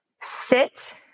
sit